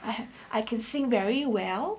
不会 lah I could sing very well but